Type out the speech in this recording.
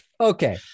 okay